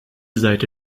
seite